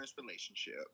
relationship